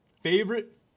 Favorite